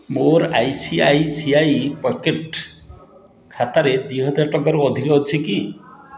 ମୋର I C I C I pocket ଖାତାରେ ଦୁଇ ହଜାର ଟଙ୍କାରୁ ଅଧିକ ଅଛି କି